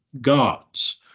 gods